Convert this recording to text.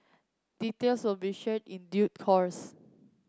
details will be shared in due course